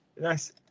Nice